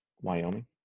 Wyoming